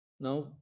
Now